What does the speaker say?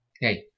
Hey